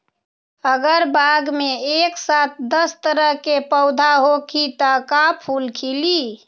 अगर बाग मे एक साथ दस तरह के पौधा होखि त का फुल खिली?